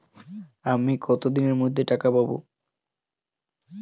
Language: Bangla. আমি কতদিনের মধ্যে টাকা পাবো?